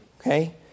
Okay